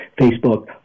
Facebook